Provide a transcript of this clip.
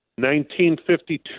1952